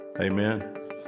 Amen